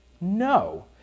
No